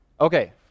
Okay